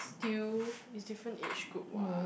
still it's different age group [what]